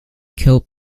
killed